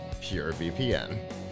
purevpn